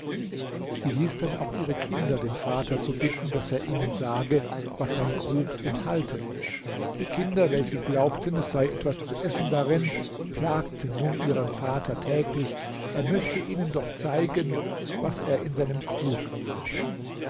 sie hieß dann auch ihre kinder den vater zu bitten daß er ihnen sage was sein krug enthalte die kinder welche glaubten es sei etwas zu essen darin plagten nun ihren vater täglich er möchte ihnen doch zeigen was er in seinem krug habe